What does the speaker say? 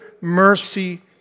mercy